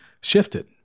shifted